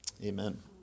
Amen